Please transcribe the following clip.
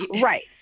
right